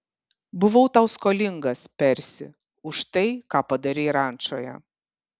buvau tau skolingas persi už tai ką padarei rančoje